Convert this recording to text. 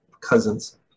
cousins